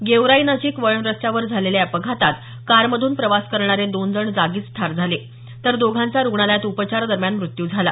गेवराई नजीक वळण रस्त्यावर झालेल्या या अपघातात कारमधून प्रवास करणारे दोन जण जागीच ठार झाले तर दोघांचा रुग्णालयात उपचारादरम्यान मृत्यू झाला